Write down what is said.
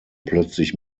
plötzlich